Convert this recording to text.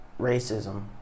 racism